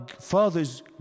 Father's